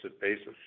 basis